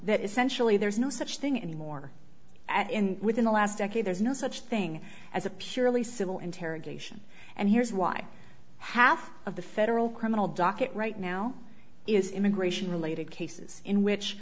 essentially there's no such thing anymore and within the last decade there's no such thing as a purely civil interrogation and here's why half of the federal criminal docket right now is immigration related cases in which